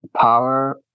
power